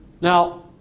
Now